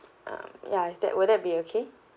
um ya is that will that be okay